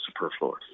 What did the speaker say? superfluous